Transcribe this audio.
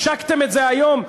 השקתם את זה היום?